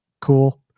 cool